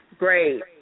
Great